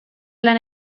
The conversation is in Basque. lan